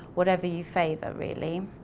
whatever you favor, really.